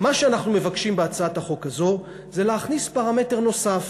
מה שאנחנו מבקשים בהצעת החוק הזאת זה להכניס פרמטר נוסף,